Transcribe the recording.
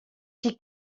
die